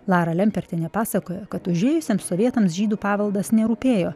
lara lempertienė pasakoja kad užėjusiem sovietams žydų paveldas nerūpėjo